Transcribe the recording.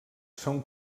són